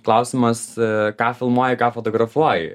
klausimas ką filmuoji ką fotografuoji